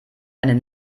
einen